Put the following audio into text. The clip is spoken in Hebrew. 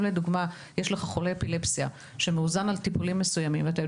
אם לדוגמה יש לך חולה אפילפסיה שמאוזן על טיפולים מסוימים וכל